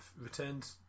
returned